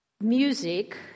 music